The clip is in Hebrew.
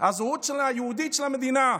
הזהות היהודית של המדינה.